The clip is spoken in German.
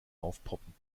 aufpoppen